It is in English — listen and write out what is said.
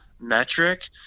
metric –